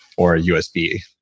or a usb,